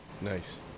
Nice